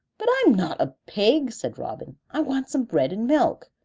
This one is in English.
but i'm not a pig, said robin. i want some bread and milk.